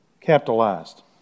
Capitalized